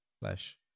Flesh